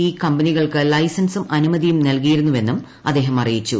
E കമ്പനികൾക്ക് ലൈസൻസും അനുമതിയും നൽകിയിരുന്നുവെന്നും അദ്ദേഹം അറിയിച്ചു